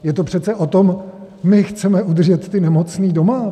Je to přece o tom: My chceme udržet ty nemocné doma!